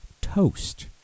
toast